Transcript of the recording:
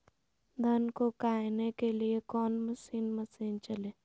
धन को कायने के लिए कौन मसीन मशीन चले?